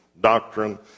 doctrine